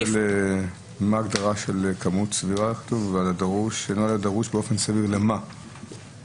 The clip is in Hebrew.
מה ההגדרה של "כמות סבירה" או "שלא יהיה דרוש באופן סביר" למה?